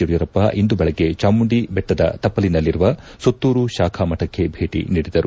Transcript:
ಯಡಿಯೂರಪ್ಪ ಇಂದು ಬೆಳಗ್ಗೆ ಚಾಮುಂಡಿಬೆಟ್ಟದ ತಪ್ಪಲಿನಲ್ಲಿರುವ ಸುತ್ತೂರು ಶಾಖಾ ಮಠಕ್ಕೆ ಭೇಟಿ ನೀಡಿದರು